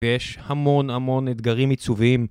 ויש המון המון אתגרים עיצוביים